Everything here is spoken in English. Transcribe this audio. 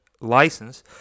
license